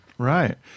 Right